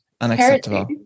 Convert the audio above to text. Unacceptable